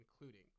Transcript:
including